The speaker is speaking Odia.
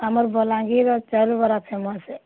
ଆମର୍ ବଲାଙ୍ଗୀର୍ର ଚାଉଲ୍ ବରା ଫେମସ୍ ଆଏ